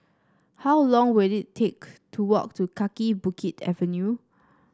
how long will it take to walk to Kaki Bukit Avenue